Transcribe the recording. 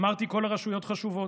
אמרתי, כל הרשויות חשובות,